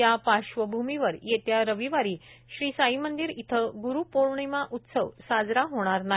या पार्श्वभूमीवर येत्या रविवारी श्री साई मंदीर इथ ग्रुपौर्णिमा उत्सव साजरा होणार नाही